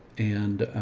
and,